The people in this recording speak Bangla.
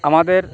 আমাদের